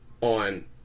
on